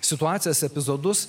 situacijas epizodus